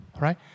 right